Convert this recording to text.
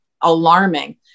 alarming